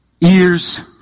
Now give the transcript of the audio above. ears